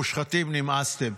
מושחתים, נמאסתם.